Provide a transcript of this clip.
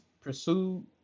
pursued